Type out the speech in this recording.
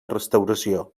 restauració